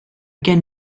gen